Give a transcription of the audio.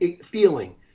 feeling